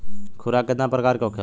खुराक केतना प्रकार के होखेला?